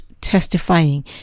testifying